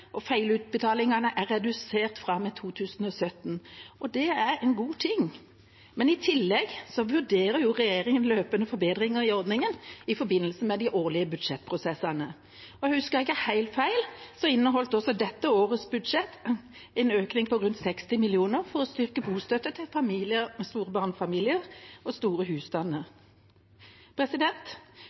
og feilutbetalingene er redusert fra og med 2017. Det er en god ting. I tillegg vurderer regjeringa løpende forbedringer i ordningen i forbindelse med de årlige budsjettprosessene. Husker jeg ikke helt feil, inneholdt også dette årets budsjett en økning på rundt 60 mill. kr for å styrke bostøtten til store barnefamilier og store husstander. Fra partiet Rødt har det kommet forslag om et toprissystem for elavgift og